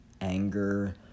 anger